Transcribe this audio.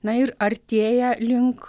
na ir artėja link